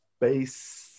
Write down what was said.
base